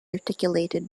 articulated